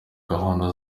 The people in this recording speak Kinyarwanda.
gahunda